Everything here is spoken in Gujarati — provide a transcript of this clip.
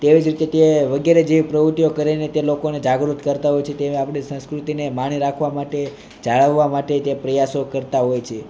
તેવી જ રીતે તે વગેરે જેવી પ્રવૃતિઓ કરીને લોકોને કરતા હોઈ છે તે આપણી સંસ્કૃતિને માણી રાખવા આપવા માટે જાળવવા માટે પ્રયાસો કરતા હોય છે